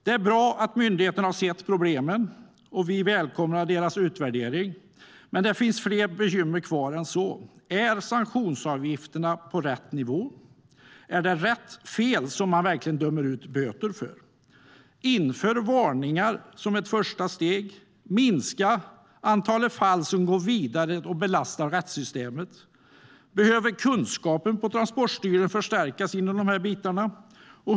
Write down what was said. Det är bra att myndigheten har sett problemen, och vi välkomnar deras utvärdering. Det finns dock fler bekymmer kvar än så. Är sanktionsavgifterna på rätt nivå? Är det rätt fel man dömer ut böter för? Inför varningar som ett första steg, och minska antalet fall som går vidare och belastar rättssystemet! Behöver kunskapen på Transportstyrelsen förstärkas inom de här bitarna?